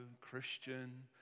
Christian